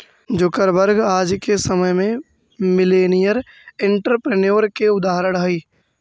Zuckerberg आज के समय में मिलेनियर एंटरप्रेन्योर के उदाहरण हई